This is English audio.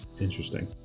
interesting